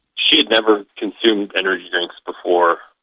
she had never consumed energy drinks before.